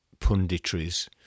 punditries